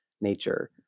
nature